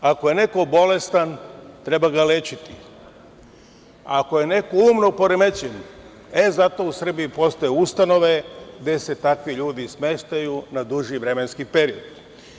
Naime, ako je neko bolestan treba ga lečiti, ako je neko umno poremećen, za to u Srbiji postoje ustanove gde se takvi ljudi smeštaju na duži vremenski period.